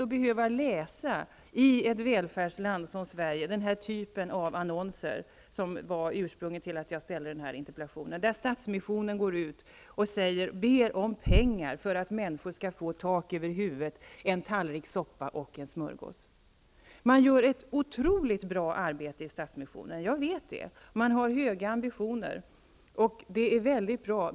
Det är också pinsamt att i ett välfärdsland som Sverige behöva läsa den typ av annonser som var anledningen till att jag ställde interpellationen, nämligen de annonser där Stadsmissionen går ut och ber om pengar för att människor skall få tak över huvudet, en tallrik soppa och en smörgås. Man gör i Stadsmissionen ett otroligt bra arbete. Jag vet det. Man har höga ambitioner, och det är bra.